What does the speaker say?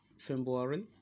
February